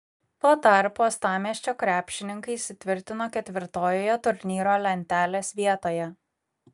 tuo tarpu uostamiesčio krepšininkai įsitvirtino ketvirtojoje turnyro lentelės vietoje